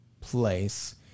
place